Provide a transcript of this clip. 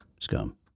scum